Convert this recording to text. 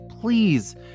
Please